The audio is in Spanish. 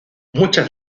muchas